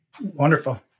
Wonderful